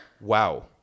Wow